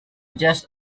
just